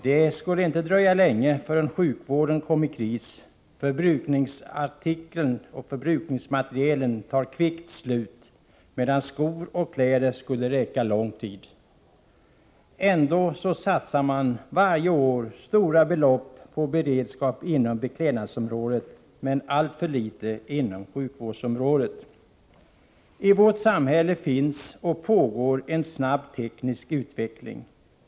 Det skulle inte dröja länge förrän sjukvården kom i kris — förbrukningsmaterielen tar kvickt slut — medan skor och kläder skulle räcka lång tid. Ändå satsar man varje år stora belopp på beredskap inom beklädnadsområdet, men alltför litet inom sjukvårdsområdet. I vårt samhälle finns och pågår en snabb teknisk utveckling.